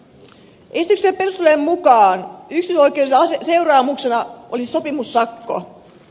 esityksen perustelujen mukaan yksityisoikeudellisena seuraamuksena olisi sopimussakko